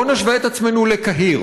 בואו נשווה את עצמנו לקהיר.